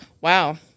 Wow